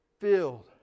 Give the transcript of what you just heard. filled